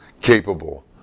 capable